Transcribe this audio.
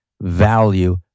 value